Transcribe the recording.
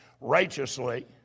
Righteously